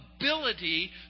ability